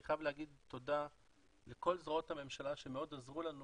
אני חייב להגיד תודה לכל זרועות הממשלה שמאוד עזרו לנו